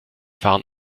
fahren